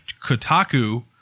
Kotaku